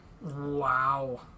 Wow